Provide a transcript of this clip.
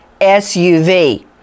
SUV